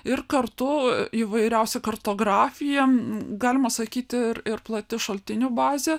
ir kartu įvairiausia kartografija galima sakyti ir ir plati šaltinių bazė